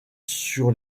sur